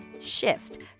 shift